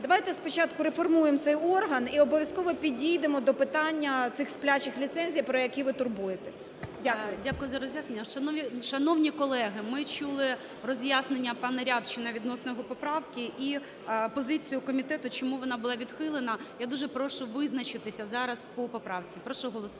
Давайте спочатку реформуємо цей орган і обов'язково підійдемо до питання цих "сплячих ліцензій", про які ви турбуєтесь. Дякую. ГОЛОВУЮЧИЙ. Дякую за роз'яснення. Шановні колеги, ми чули роз'яснення пана Рябчина відносно його поправки і позицію комітету, чому вона була відхилена. Я дуже прошу визначитися зараз по поправці, прошу голосувати.